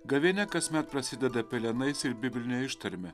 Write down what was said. gavėnia kasmet prasideda pelenais ir bibline ištarme